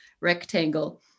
rectangle